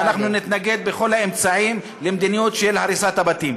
ואנחנו נתנגד בכל האמצעים למדיניות של הריסת הבתים.